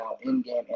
in-game